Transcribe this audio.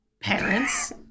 parents